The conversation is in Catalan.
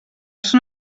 són